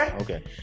Okay